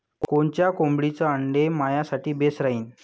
कोनच्या कोंबडीचं आंडे मायासाठी बेस राहीन?